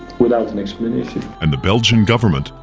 without an explanation. and the belgian government,